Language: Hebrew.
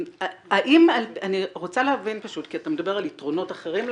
אני רוצה להבין כי אתה מדבר על יתרונות אחרים למשק,